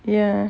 ya